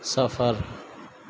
صفر